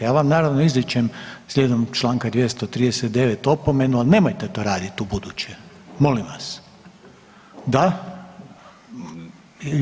Ja vam naravno, izričem slijedom čl. 239 opomenu, ali nemojte to raditi ubuduće, molim vas. ... [[Upadica se ne čuje.]] Da?